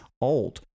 old